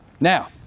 Now